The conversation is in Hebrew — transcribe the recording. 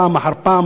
פעם אחר פעם,